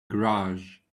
garage